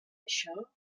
això